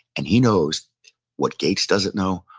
and he knows what gates doesn't know,